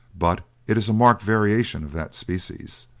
but it is a marked variation of that species,